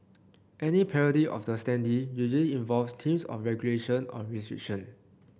any parody of the standee usually involves teams of regulation or restriction